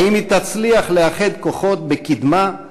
האם היא תצליח לאחד כוחות בקדמה,